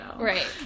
right